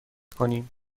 کنیم